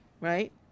right